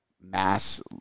mass